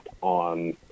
on